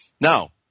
Now